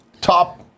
top